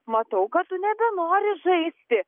matau kad tu nebenori žaisti